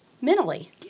mentally